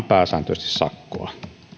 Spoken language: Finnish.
pääsääntöisesti sakkoa